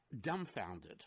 dumbfounded